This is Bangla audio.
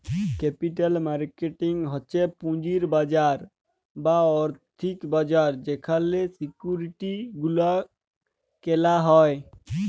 ক্যাপিটাল মার্কেট হচ্ছ পুঁজির বাজার বা আর্থিক বাজার যেখালে সিকিউরিটি গুলা কেলা হ্যয়